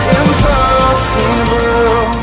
impossible